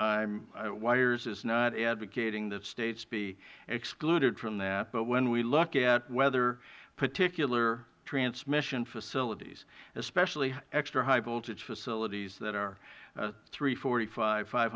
and wires is not advocating that states be excluded from that but when we look at whether particular transmission facilities especially extra high voltage facilities that are three hundred and forty five five